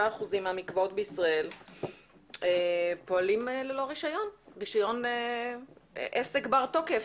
67% מהמקוואות בישראל פועלים ללא רישיון עסק בתוקף.